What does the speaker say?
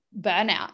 burnout